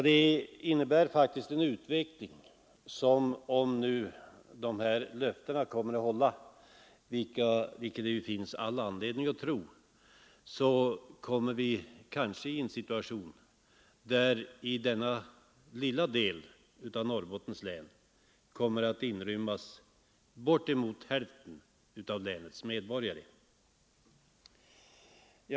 Det innebär en utveckling som, om löftena infrias vilket det finns all anledning att tro, kanske leder fram till den situationen att i denna lilla del av Norrbottens län kommer att inrymmas bortemot hälften av länets invånare.